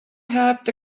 helped